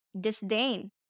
disdain